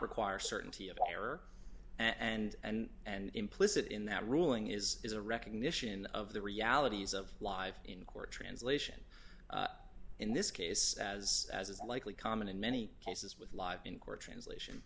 require certainty of error and and implicit in that ruling is is a recognition of the realities of life in court translation in this case as as is likely common in many cases with live in court translation